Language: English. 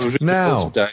Now